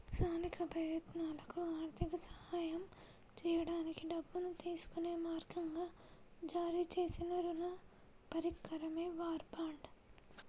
సైనిక ప్రయత్నాలకు ఆర్థిక సహాయం చేయడానికి డబ్బును తీసుకునే మార్గంగా జారీ చేసిన రుణ పరికరమే వార్ బాండ్